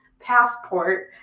passport